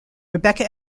rebecca